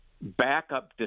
backup